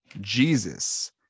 jesus